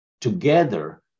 together